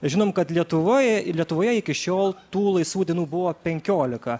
žinom kad lietuvoje lietuvoje iki šiol tų laisvų dienų buvo penkiolika